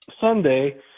Sunday